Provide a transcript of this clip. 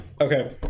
okay